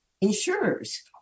insurers